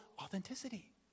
authenticity